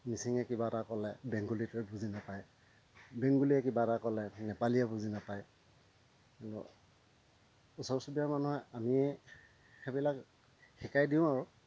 মিচিঙে কিবা এটা ক'লে বেংগুলীটোৱে বুজি নাপায় বেংগুলীয়ে কিবা এটা ক'লে নেপালীয়ে বুজি নাপায় ওচৰ চুবুৰীয়া মানুহে আমিয়ে সেইবিলাক শিকাই দিওঁ আৰু